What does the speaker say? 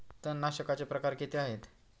तणनाशकाचे प्रकार किती आहेत?